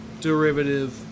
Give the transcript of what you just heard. Derivative